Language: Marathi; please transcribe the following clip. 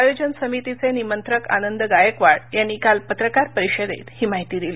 आयोजन समितीचे निमंत्रक आनंद गायकवाड यांनी काल पत्रकार परिषदेत ही माहिती दिली